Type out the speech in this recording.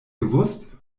gewusst